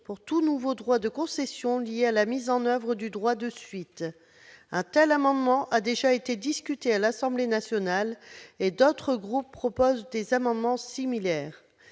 de toute nouvelle concession lié à la mise en oeuvre du droit de suite. Un tel amendement a déjà été discuté à l'Assemblée nationale. D'autres groupes présentent des amendements similaires.